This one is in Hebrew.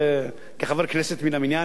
כחבר כנסת מן המניין,